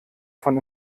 von